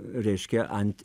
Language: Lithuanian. reiškia ant